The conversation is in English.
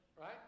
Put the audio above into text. Right